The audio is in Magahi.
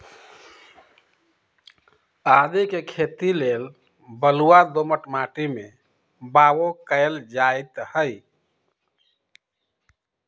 आदीके खेती लेल बलूआ दोमट माटी में बाओ कएल जाइत हई